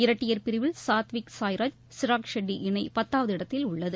இரட்டையர் பிரிவில் சாத்விக் சாய்ராஜ் சிராக் ஷெட்டி இணை பத்தாவது இடத்தில் உள்ளது